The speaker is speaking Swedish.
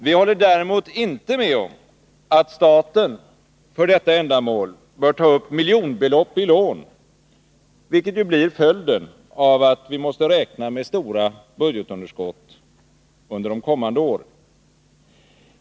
Vi håller däremot inte med om att staten för detta ändamål bör ta upp miljonbelopp i lån, vilket ju blir följden av att vi måste räkna med stora budgetunderskott under de kommande åren.